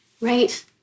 Right